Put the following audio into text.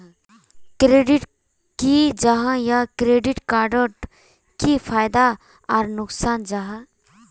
Credit की जाहा या क्रेडिट कार्ड डोट की फायदा आर नुकसान जाहा?